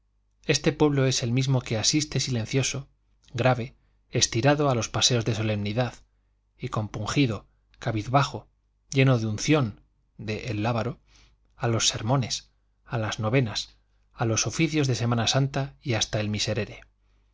este pueblo es el mismo que asiste silencioso grave estirado a los paseos de solemnidad y compungido cabizbajo lleno de unción de el lábaro a los sermones a las novenas a los oficios de semana santa y hasta al miserere